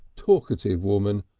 talkative woman,